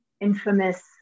infamous